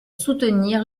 soutenir